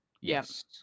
Yes